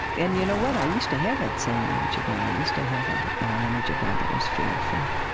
and you know what? i used to have that same image of god. i used to have ah ah an image of god that was fearful.